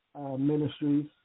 ministries